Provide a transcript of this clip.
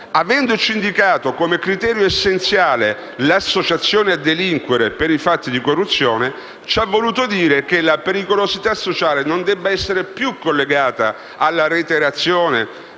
avendo indicato come criterio essenziale l'associazione a delinquere per i fatti di corruzione, ha voluto dire che la pericolosità sociale non debba essere più collegata alla reiterazione